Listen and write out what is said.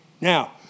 Now